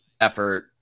effort